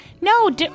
No